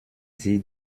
sie